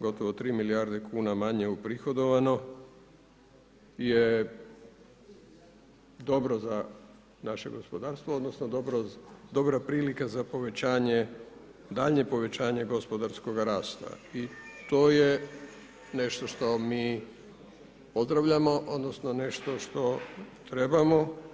gotovo 3 milijarde kuna manje u prihodovano je dobro za naše gospodarstvo odnosno dobra prilika za povećanje, daljnje povećanje gospodarskog rasta i to je nešto što mi pozdravljamo, odnosno nešto što trebamo.